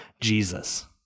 Jesus